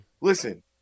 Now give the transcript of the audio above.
Listen